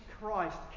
Christ